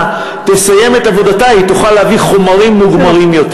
תסיים את עבודתה ותוכל להביא חומרים מוגמרים יותר.